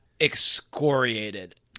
excoriated